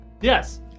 Yes